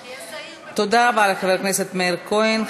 היה זהיר, תודה רבה לחבר הכנסת מאיר כהן.